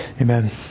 Amen